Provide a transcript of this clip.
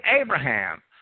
Abraham